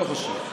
לא חושב.